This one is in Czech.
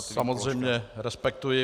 Samozřejmě, respektuji to.